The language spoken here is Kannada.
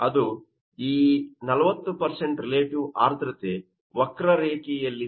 ಅದು ಈ 40 ರಿಲೇಟಿವ್ ಆರ್ದ್ರತೆ ವಕ್ರ ರೇಖೆಯಲ್ಲಿದೆ